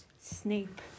Snape